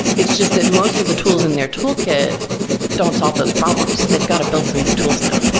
it's just that most of the tools in their toolkit don't solve those problems. they've got to build some new tools now.